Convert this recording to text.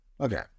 Okay